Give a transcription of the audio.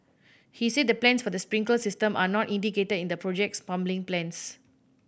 he said the plans for the sprinkler system are not indicated in the project's plumbing plans